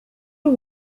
ubu